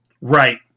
right